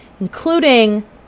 including